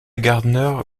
gardner